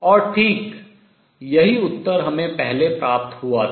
और ठीक यही उत्तर हमें पहले प्राप्त हुआ था